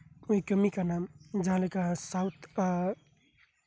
ᱠᱚᱭ ᱠᱟᱢᱤ ᱠᱟᱱᱟ ᱡᱟᱦᱟᱸᱞᱮᱠᱟ ᱥᱟᱣᱩᱛᱷ ᱟᱨ